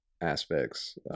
aspects